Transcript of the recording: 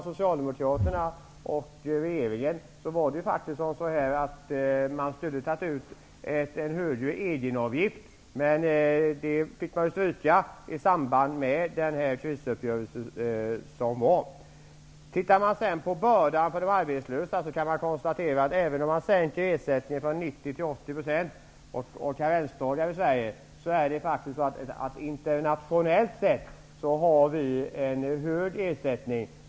Socialdemokraterna och regeringen ville man ta ut en högre egenavgift, men den fick strykas i samband med krisuppgörelsen. Om vi sedan tittar på bördan för de arbetslösa kan vi konstatera, att även om vi sänker ersättningen från 90 % till 80 % och inför karensdagar i Sverige, har vi internationellt sett en hög ersättning.